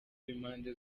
b’impande